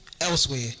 elsewhere